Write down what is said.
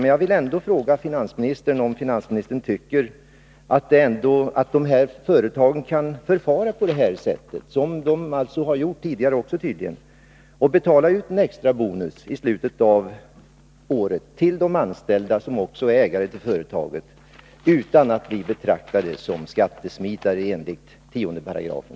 Men jag vill ändå fråga finansministern om han tycker att dessa företag kan förfara på samma sätt som de tydligen har gjort tidigare. Kan de i slutet av året betala ut en extra bonus till de anställda, vilka också är ägare till företaget, utan att bli betraktade som skattesmitare enligt 10 §?